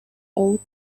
all